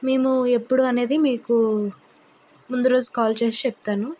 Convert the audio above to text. మేము ఎప్పుడు అనేది మీకు ముందు రోజు కాల్ చేసి చెప్తాను